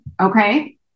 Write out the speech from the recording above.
Okay